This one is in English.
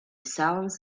sounds